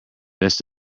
best